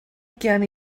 hugain